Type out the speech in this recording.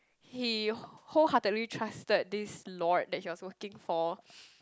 he wholeheartedly trusted this lord that he was working for